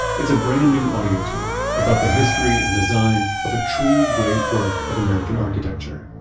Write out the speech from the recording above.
it's a brand new audio tour about the history and design of a truly great work of american architecture.